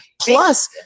Plus